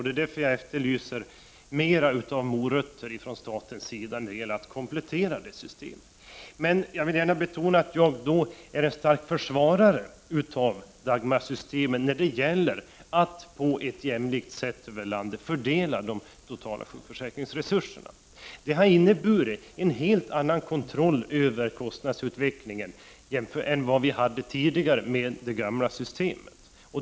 Det är därför jag efterlyser fler morötter från statens sida när det gäller att komplettera det systemet. Men jag vill gärna betona att jag är en stark försvarare av Dagmarsystemet när det gäller att fördela de totala sjukförsäkringsresurserna över landet på ett jämlikt sätt. Det har inneburit en helt annan kontroll över kostnadsutvecklingen än vi hade med det gamla systemet.